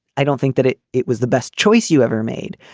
i don't think that it it was the best choice you ever made.